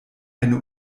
eine